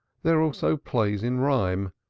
there were also plays in rhyme,